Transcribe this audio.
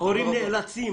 הורים נאלצים